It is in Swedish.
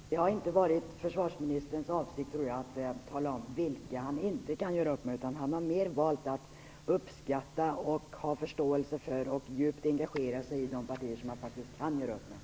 Fru talman! Jag tror inte att det har varit försvarsministerns avsikt att tala om vilka han inte kan göra upp med, utan han har mer valt att uppskatta, ha förståelse för och djupt engagera sig i de partier som det faktiskt går att göra upp med.